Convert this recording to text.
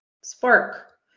spark